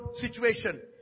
situation